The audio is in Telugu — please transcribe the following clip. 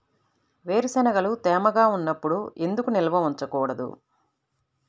వేరుశనగలు తేమగా ఉన్నప్పుడు ఎందుకు నిల్వ ఉంచకూడదు?